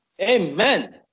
Amen